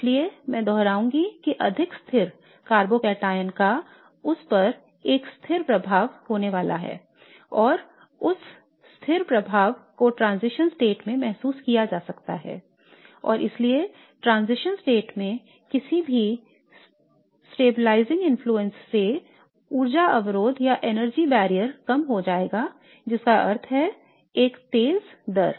इसलिए मैं दोहराऊंगा कि अधिक स्थिर कार्बोकैटायन का उसपर एक स्थिर प्रभाव होने वाला है और उस स्थिरीकरण प्रभाव को ट्रांजिशन स्टेट में महसूस किया जा सकता है और इसलिए ट्रांजिशन स्टेट में किसी भी स्थिरीकरण प्रभाव से ऊर्जा अवरोध कम हो जाएगा जिसका अर्थ है एक तेज दर